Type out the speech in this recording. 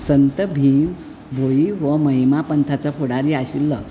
संत भीम भोई हो महिमा पंथाचो फुडारी आशिल्लो